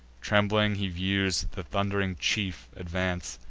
trembling he views the thund'ring chief advance,